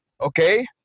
okay